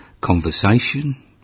conversation